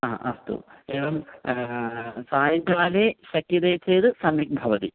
हा अस्तु एवं सायङ्काले शक्यते चेत् सम्यक् भवति